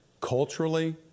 culturally